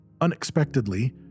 Unexpectedly